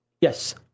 Yes